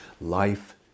Life